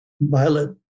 violet